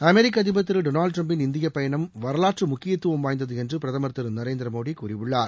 அமெரிக்க அதிபர் திரு டொனால்டு டிரம்பின் இந்திய பயணம் வரலாற்று முக்கியத்துவம் வாய்ந்தது என்று பிரதமர் திரு நரேந்திர மோடி கூறியுள்ளார்